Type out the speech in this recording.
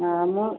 ହଁ ମ